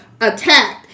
attacked